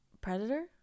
Predator